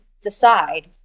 decide